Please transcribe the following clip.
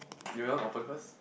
do you want open first